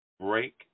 Break